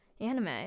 anime